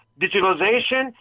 digitalization